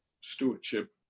stewardship